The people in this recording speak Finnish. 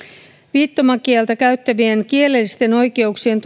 viittomakieltä käyttävien kielellisten oikeuksien